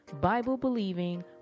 Bible-believing